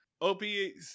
Opie